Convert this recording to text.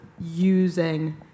using